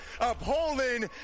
upholding